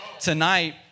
Tonight